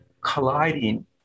colliding